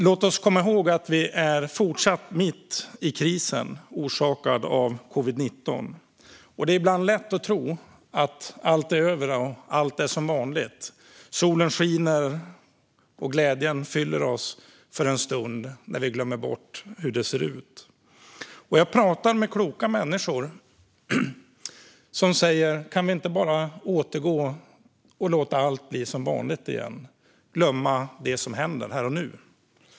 Låt oss komma ihåg att vi fortsatt är mitt i krisen orsakad av covid-19. Det är ibland lätt att tro att krisen är över och att allt är som vanligt när solen skiner och glädjen för en stund fyller oss och vi glömmer bort hur det ser ut. Jag har talat med kloka människor som säger: Kan vi inte bara återgå, låta allt bli som vanligt igen och glömma det som händer här och nu?